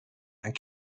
and